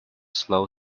slow